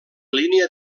línia